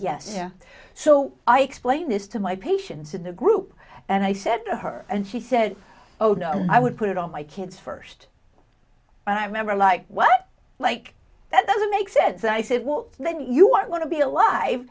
first yes so i explain this to my patients in the group and i said to her and she said oh no i would put it on my kids first and i remember like what like that doesn't make sense and i said well let you want to be alive